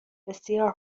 بسیار